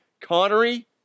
Connery